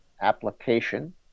application